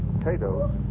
Potatoes